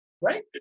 right